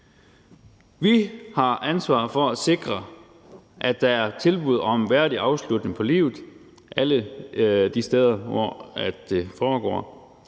Vi har ansvar for at sikre, at der er tilbud om en værdig afslutning på livet alle de steder, hvor det foregår.